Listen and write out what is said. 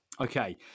Okay